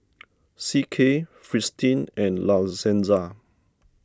C K Fristine and La Senza